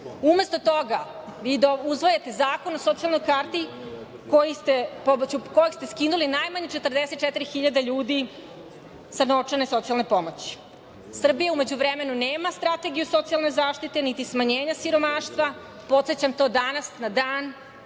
Umesto toga, vi usvajate Zakon o socijalnoj karti pomoću kojeg ste skinuli najmanje 44 hiljada ljudi sa novčane socijalne pomoći. Srbija u međuvremenu nema strategiju socijalne zaštite, niti smanjenje siromaštva, podsećam to danas na